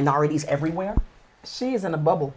minorities everywhere see is in a bubble